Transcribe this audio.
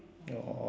!aww!